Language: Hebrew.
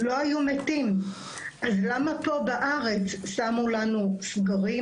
למה בארץ שמו לנו סגרים